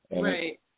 Right